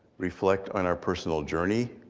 reflect on our personal journey,